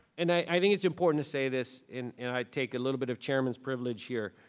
and i think it's important to say this in, and i take a little bit of chairman's privilege here.